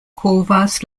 kovas